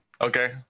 Okay